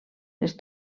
les